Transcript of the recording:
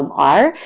um are.